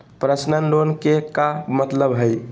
Personal loan के का मतलब हई?